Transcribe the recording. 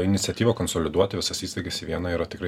iniciatyva konsoliduoti visas įstaigas į viena yra tikrai